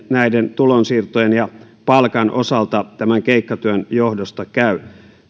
tulonsiirtojen ja palkan osalta tämän keikkatyön johdosta käy